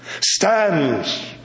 stands